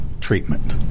treatment